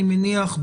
אני מניח,